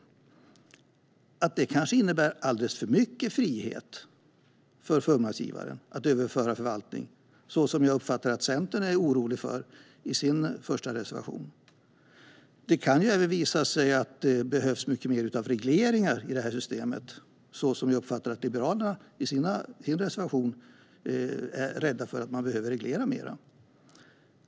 16.00, kanske innebär alldeles för mycket frihet för fullmaktsgivaren att överföra förvaltning, så som jag uppfattar att Centern är orolig för i sin första reservation. Det kan även visa sig att det behövs mycket mer av regleringar i systemet, så som jag uppfattar att Liberalerna anser. De är i sin reservation rädda för att man behöver reglera mer.